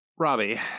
Robbie